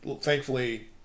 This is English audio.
thankfully